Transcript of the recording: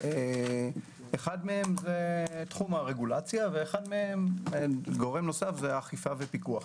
אחד מהם הוא תחום הרגולציה וגורם נוסף הוא אכיפה ופיקוח.